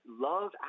Love